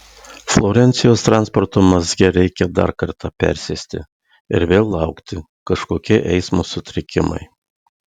florencijos transporto mazge reikia dar kartą persėsti ir vėl laukti kažkokie eismo sutrikimai